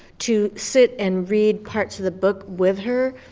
to sit and read parts of the book with her.